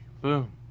boom